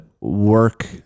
work